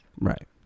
Right